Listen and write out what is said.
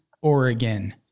Oregon